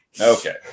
Okay